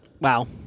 Wow